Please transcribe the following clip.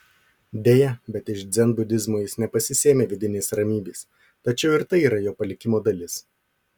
deja bet iš dzenbudizmo jis nepasisėmė vidinės ramybės tačiau ir tai yra jo palikimo dalis